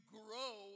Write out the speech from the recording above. grow